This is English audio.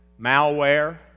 Malware